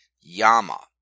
Yama